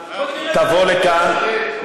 תבוא לכאן,